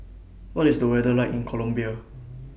What IS The weather like in Colombia